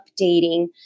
updating